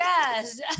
Yes